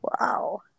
Wow